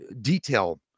detail